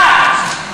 אחד.